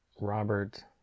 Robert